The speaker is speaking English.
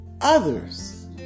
others